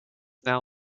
now